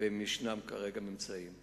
ואם יש כרגע ממצאים.